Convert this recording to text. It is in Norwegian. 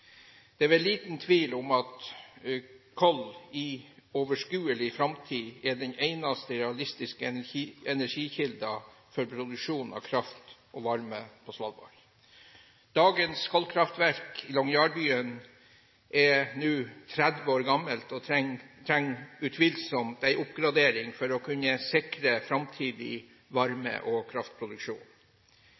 Det er liten tvil om at kull i overskuelig framtid er den eneste realistiske energikilden for produksjon av kraft og varme på Svalbard. Dagens kullkraftverk i Longyearbyen er nå 30 år gammelt og trenger utvilsomt en oppgradering for å kunne sikre framtidig varme- og kraftproduksjon.